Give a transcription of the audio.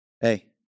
Hey